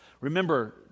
Remember